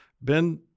Ben